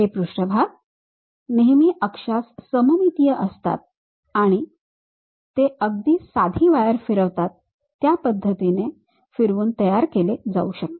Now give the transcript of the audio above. हे पृष्ठभाग नेहमी अक्षास सममितीय असतात आणि ते अगदी साधी वायर फिरवतात त्या पद्धतीने फिरवून तयार केले जाऊ शकते